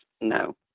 no